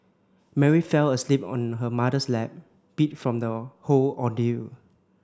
Mary fell asleep on her mother's lap beat from the whole ordeal